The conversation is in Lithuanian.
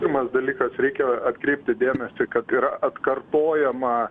pirmas dalykas reikia atkreipti dėmesį kad yra atkartojama